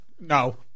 No